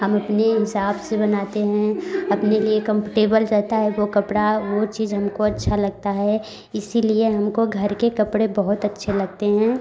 हम अपने हिसाब से बनाते हैं अपने लिए कम्फटेबल रहता है वो कपड़ा वो चीज हमको अच्छा लगता है इसीलिए हमको घर के कपड़े बहुत अच्छे लगते हैं